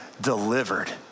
delivered